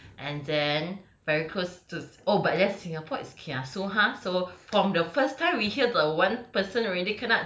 gigit zombie and then very close to si~ oh but then singapore is kiasu !huh! so from the first time we hear the one